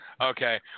Okay